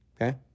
okay